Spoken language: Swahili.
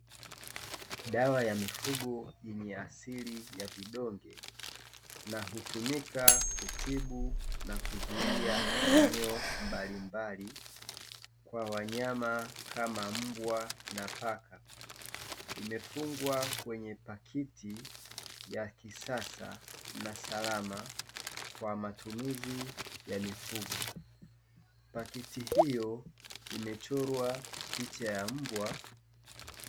Dawa ya mifugo yenye asili ya vidonge na hutumika kutibu na kuzuia minyoo mbalimbali kwa wanyama kama mbwa na paka, imefungwa kwenye pakiti ya kisasa na salama, kwa matumizi ya mifugo, pakiti hiyo imechorwa picha ya mbwa.